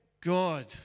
God